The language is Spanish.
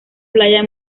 playa